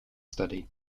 study